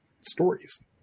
stories